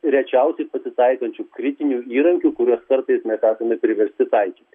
rečiausiai pasitaikančių kritinių įrankių kuriuos kartais mes esame priversti taikyt